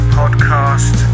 podcast